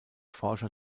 forscher